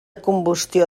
combustió